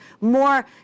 more